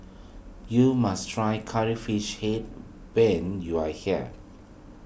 you must try Curry Fish Head when you are here